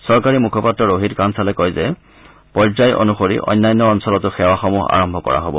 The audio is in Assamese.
চৰকাৰী মুখপাত্ৰ ৰোহিত কনছালে কয় যে পৰ্যায় অনুসৰি অন্যান্য অঞ্চলতো সেৱাসমূহ আৰম্ভ কৰা হব